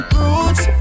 Roots